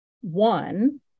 One